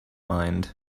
mind